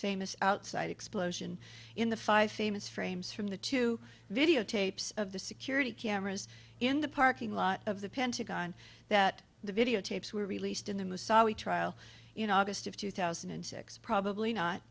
famous outside explosion in the five famous frames from the two videotapes of the security cameras in the parking lot of the pentagon that the video tapes were released in the massai trial you know august of two thousand and six probably not